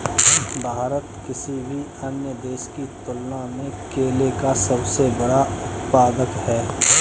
भारत किसी भी अन्य देश की तुलना में केले का सबसे बड़ा उत्पादक है